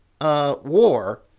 war